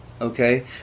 okay